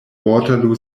waterloo